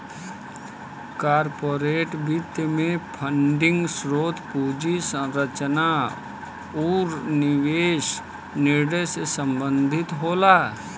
corporate वित्त में funding स्रोत, पूंजी संरचना आुर निवेश निर्णय से संबंधित होला